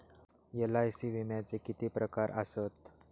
LIC विम्याचे किती प्रकार आसत?